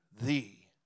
thee